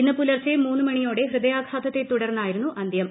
ഇന്ന് പുലർച്ചെ മൂന്ന് മണിയോടെ ഹൃദയാഘാതത്തെ തുടർന്നായിരുന്നു അന്ത്യം